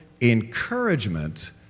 encouragement